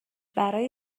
برای